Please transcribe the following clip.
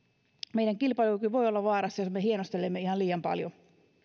meidän kilpailukykymme voi olla vaarassa jos me hienostelemme ihan liian paljon